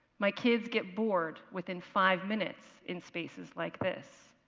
my kids get bored within five minutes in spaces like this.